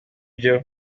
byo